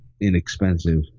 inexpensive